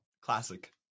classic